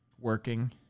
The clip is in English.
working